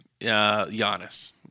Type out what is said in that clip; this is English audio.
Giannis